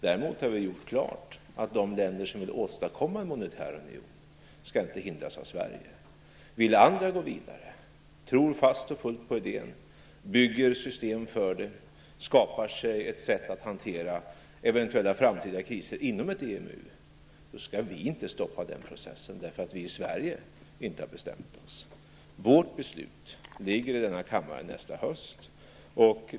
Däremot har vi gjort klart att de länder som vill åstadkomma en monetär union inte skall hindras av Sverige. Vill andra gå vidare, tror fullt och fast på idén, bygger system för detta och skapar ett sätt att hantera eventuella framtida kriser inom ett EMU, skall vi inte stoppa den processen därför att vi i Sverige inte har bestämt oss. Vårt beslut fattas i denna kammare nästa höst.